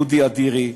אודי אדירי,